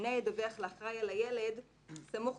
והממונה ידווחו לאחראי על הילד על האירוע החריג סמוך